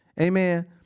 Amen